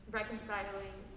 reconciling